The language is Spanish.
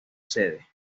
sede